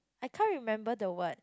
I can't remember the word